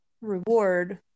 reward